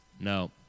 No